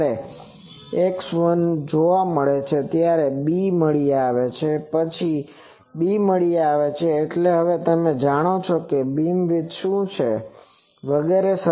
જયારે x1 જોવા મળે છે ત્યારે B મળી આવે છે પછી બી મળી આવે છે એટલે કે હવે તમે જાણો છો બીમવિડ્થ શું છે વગેરે